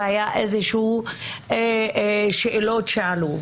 והיו שאלות שעלו,